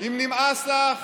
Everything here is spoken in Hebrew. אם נמאס לך